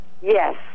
Yes